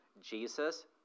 Jesus